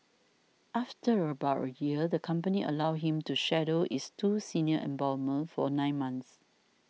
after about a year the company allowed him to shadow its two senior embalmers for nine months